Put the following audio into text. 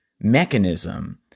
mechanism